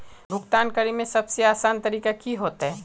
भुगतान करे में सबसे आसान तरीका की होते?